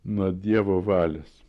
nuo dievo valios